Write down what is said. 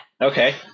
Okay